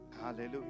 Hallelujah